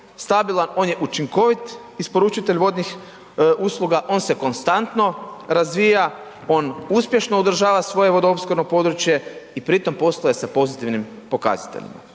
stabilan, on je učinkovit isporučitelj vodnih usluga, on se konstantno razvija, on uspješno održava svoje vodoopskrbno područje i pritom postaje sa pozitivnim pokazateljima